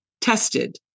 tested